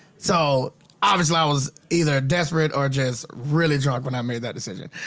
so obviously i was either desperate or just really drunk when i made that decision.